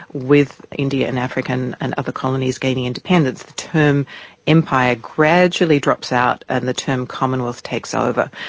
with india and african and other colonies gaining independence, the term empire gradually drops out and the term commonwealth takes over.